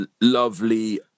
lovely